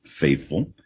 faithful